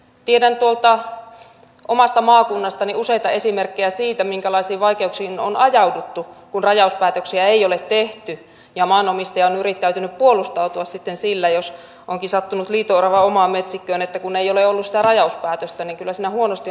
tiedän tuolta omasta maakunnastani useita esimerkkejä siitä minkälaisiin vaikeuksiin on ajauduttu kun rajauspäätöksiä ei ole tehty ja kun maanomistaja on yrittänyt puolustautua sitten sillä jos onkin sattunut liito orava omaan metsikköön että ei ole ollut sitä rajauspäätöstä niin kyllä siinä huonosti on taitanut käydä